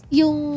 yung